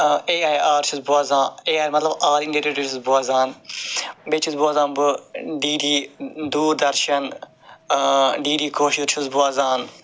A I R چھُس بوزان مَطلَب آل اِنڈیا ریڈیو چھُس بوزان بیٚیہِ چھُس بوزان بہٕ D D Doordarshan D D Koshur چھُس بوزان